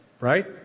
right